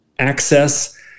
access